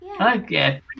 Okay